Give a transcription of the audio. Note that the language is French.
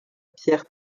pierre